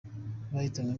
bahitanwe